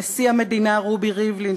נשיא המדינה רובי ריבלין,